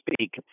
speak